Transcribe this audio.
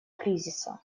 кризиса